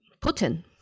Putin